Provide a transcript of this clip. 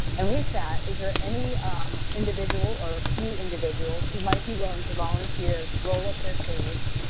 and with that, is there any individual or a few individuals who might be willing to volunteer, to roll up their sleeves,